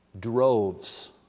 droves